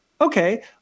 Okay